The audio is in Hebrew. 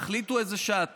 תחליטו באיזו שעה,